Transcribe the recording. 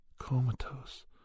comatose